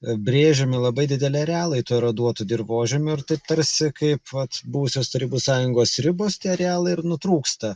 brėžiami labai dideli arealai tų eraduotų dirvožemių ir tai tarsi kaip vat buvusios tarybų sąjungos ribos tie arealai ir nutrūksta